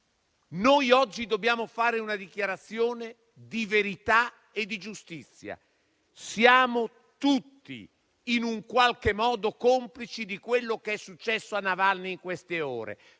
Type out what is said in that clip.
Noi oggi dobbiamo fare una dichiarazione di verità e di giustizia. Siamo tutti complici, in qualche modo, di quello che è successo a Navalny, perché